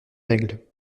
règles